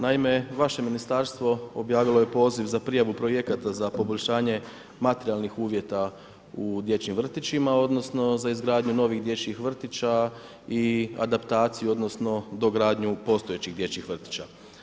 Naime, vaše ministarstvo objavilo je poziv za prijavu projekata za poboljšanje materijalnih uvjeta u dječjim vrtićima, odnosno za izgradnju novih dječjih vrtića i adaptaciju, odnosno dogradnju postojećih dječjih vrtića.